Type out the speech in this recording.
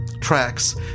Tracks